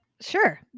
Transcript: Sure